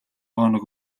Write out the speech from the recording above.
хоног